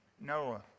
Noah